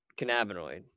cannabinoid